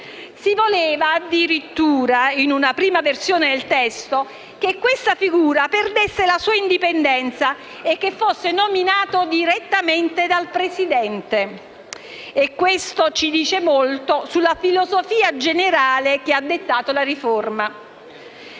Si voleva addirittura, in una prima versione del testo, che questa figura perdesse la sua indipendenza e che fosse nominato direttamente dal presidente: questo ci dice molto sulla filosofia generale che ha dettato la riforma.